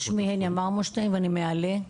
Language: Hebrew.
שמי הניה מרמורשטיין, אני מעלה.